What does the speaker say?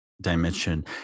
dimension